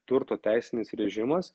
turto teisinis režimas